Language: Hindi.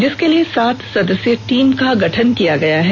जिसके लिए सात सदस्यीय टीम का गठन किया गया है